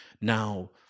Now